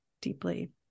deeply